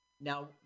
Now